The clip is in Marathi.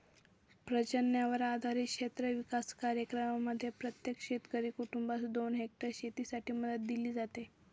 पर्जन्यावर आधारित क्षेत्र विकास कार्यक्रमांमध्ये प्रत्येक शेतकरी कुटुंबास दोन हेक्टर शेतीसाठी मदत दिली जाते